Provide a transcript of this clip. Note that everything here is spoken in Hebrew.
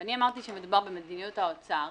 ואני אמרתי שמדובר במדיניות האוצר.